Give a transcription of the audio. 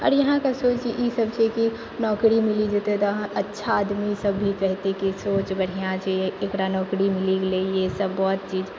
आओर यहाँके सोच ई सब छै कि नौकरी मिलि जेतै तऽ अहाँ अच्छा आदमी सब भी कहते कि सोच बढियाँ छै एकरा नौकरी मिलि गेलै ई सब बहुत चीज